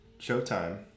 showtime